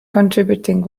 contributing